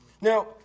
Now